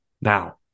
Now